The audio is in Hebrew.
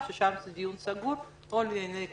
ששם זה דיון סגור ופרט לענייני קטינים.